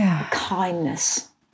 kindness